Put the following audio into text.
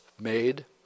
made